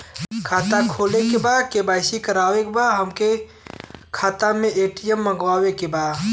खाता खोले के बा के.वाइ.सी करावे के बा हमरे खाता के ए.टी.एम मगावे के बा?